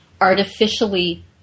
artificially